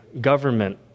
government